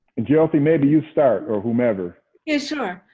and jyoti maybe you start, or whomever. yes, sure.